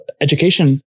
education